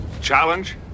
challenge